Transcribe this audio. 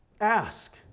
ask